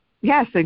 Yes